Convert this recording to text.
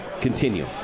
continue